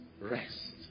rest